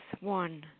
One